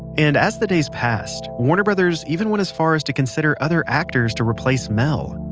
and as the days passed warner brothers even went as far as to consider other actors to replace mel.